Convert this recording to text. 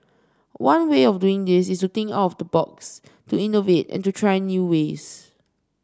one way of doing this is to think out of the box to innovate and to try new ways